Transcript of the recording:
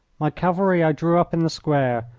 my cavalry i drew up in the square,